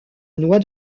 noix